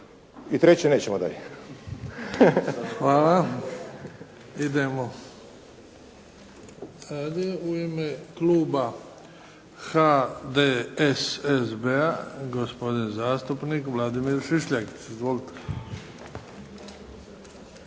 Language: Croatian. Hvala. Idemo dalje. U ime kluba HDSSB-a, gospodin zastupnik Vladimir Šišljagić. Izvolite.